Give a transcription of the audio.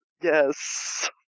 Yes